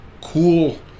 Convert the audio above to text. cool